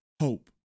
hope